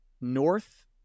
North